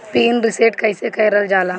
Pin reset कईसे करल जाला?